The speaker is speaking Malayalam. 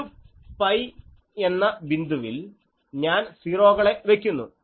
ഒരു പൈ എന്ന ബിന്ദുവിൽ ഞാൻ സീറോകളെ വയ്ക്കുന്നു